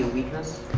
weakness?